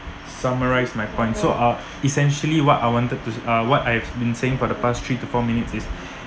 summarise my point so uh essentially what I wanted to s~ uh what I've been saying for the past three to four minutes is